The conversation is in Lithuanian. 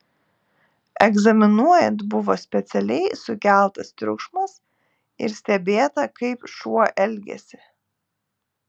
egzaminuojant buvo specialiai sukeltas triukšmas ir stebėta kaip šuo elgiasi